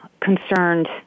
concerned